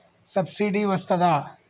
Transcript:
Subsidy వస్తదా?